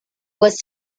was